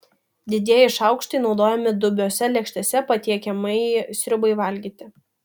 didieji šaukštai naudojami dubiose lėkštėse patiekiamai sriubai valgyti